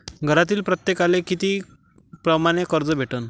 घरातील प्रत्येकाले किती परमाने कर्ज भेटन?